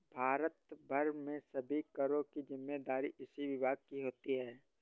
भारत भर में सभी करों की जिम्मेदारी इसी विभाग की होती है